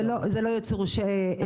דודים זה לא ייצור של חשמל.